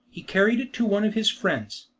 he carried it to one of his friends,